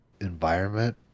environment